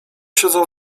siedzą